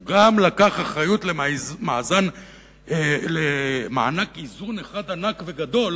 הוא גם לקח אחריות למענק איזון אחד ענק וגדול,